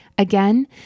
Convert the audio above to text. Again